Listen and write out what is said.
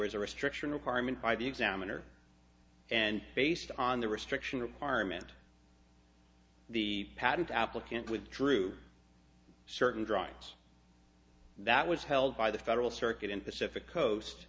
was a restriction requirement by the examiner and based on the restriction requirement the patent applicant with true certain drives that was held by the federal circuit in pacific coast